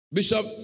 Bishop